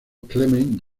clement